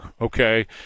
Okay